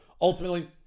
Ultimately